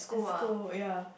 school ya